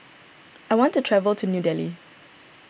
I want to travel to New Delhi